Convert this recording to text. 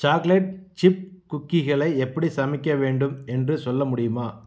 chocolate chip குக்கீகளை எப்படி சமைக்க வேண்டும் என்று சொல்ல முடியுமா